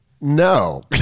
No